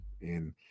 And-